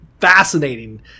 fascinating